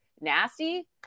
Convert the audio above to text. nasty